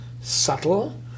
subtle